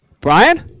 Brian